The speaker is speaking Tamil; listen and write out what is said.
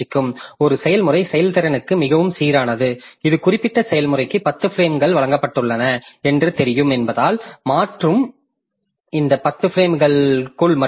ஒரு செயல்முறை செயல்திறனுக்கு மிகவும் சீரானது ஒரு குறிப்பிட்ட செயல்முறைக்கு 10 பிரேம்கள் வழங்கப்பட்டுள்ளன என்று தெரியும் என்பதால் மாற்றும் இந்த 10 பிரேம்களுக்குள் மட்டுமே இருக்கும்